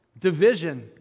division